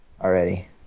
already